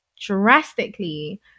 drastically